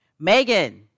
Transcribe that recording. Megan